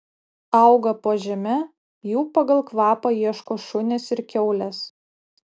auga po žeme jų pagal kvapą ieško šunys ir kiaulės